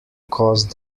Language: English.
cause